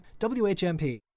WHMP